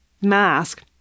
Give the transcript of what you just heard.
mask